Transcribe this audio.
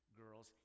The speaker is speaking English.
girls